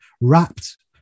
wrapped